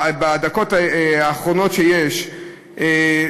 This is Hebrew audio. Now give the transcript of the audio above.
בדקות האחרונות שיש לי,